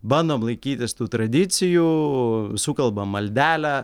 bandom laikytis tų tradicijų sukalbam maldelę